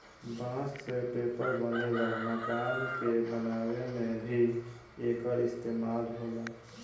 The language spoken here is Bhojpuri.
बांस से पेपर बनेला, मकान के बनावे में भी एकर इस्तेमाल होला